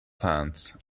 plans